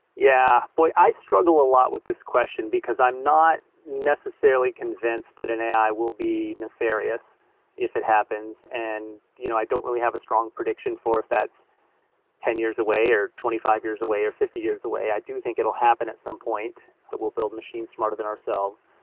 yeah. boy, i struggle a lot with this question, because i'm not necessarily convinced that an a i. will be nefarious if it happens, and you know i don't really have a strong prediction for if that's ten years away, or twenty five years away, or fifty years away. i do think it will happen at some point that we'll build machines smarter than ourselves.